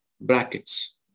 brackets